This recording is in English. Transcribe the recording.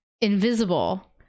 invisible